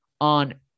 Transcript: on